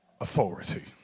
authority